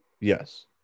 Yes